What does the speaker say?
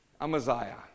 Amaziah